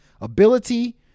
Ability